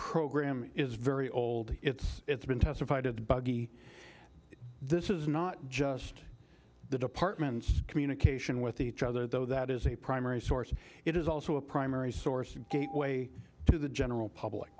program is very old it's been testified and buggy this is not just the department's communication with each other though that is a primary source it is also a primary source and gateway to the general public